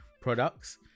products